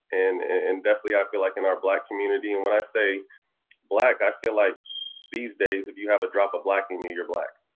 and definitely, i feel like in our black community and when i say black, i feel like these days, if you have a drop of black in you, you're black,